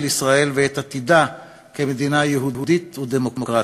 ישראל ואת עתידה כמדינה יהודית ודמוקרטית.